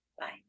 bye